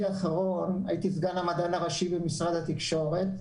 האחרון הייתי סגן המדען הראשי במשרד התקשורת.